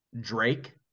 Drake